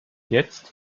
jetzt